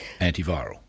antiviral